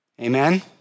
Amen